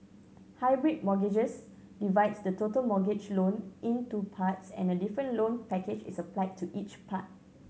hybrid mortgages divides the total mortgage loan into parts and a different loan package is applied to each part